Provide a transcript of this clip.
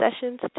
sessions